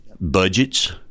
budgets –